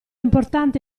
importante